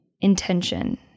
intention